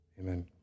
Amen